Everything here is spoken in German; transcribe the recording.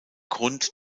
grund